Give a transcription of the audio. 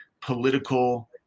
political